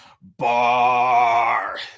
Bar